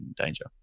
danger